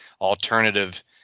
alternative